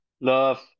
love